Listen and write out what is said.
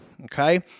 okay